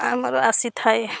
ଆମର ଆସିଥାଏ